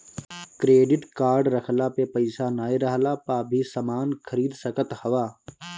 credit card रखला पे पईसा नाइ रहला पअ भी समान खरीद सकत हवअ